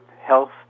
health